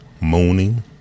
moaning